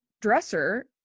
dresser